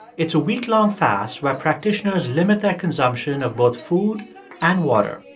it's a week-long fast where practitioners limit their consumption of both food and water.